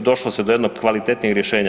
došlo se do jednog kvalitetnijeg rješenja.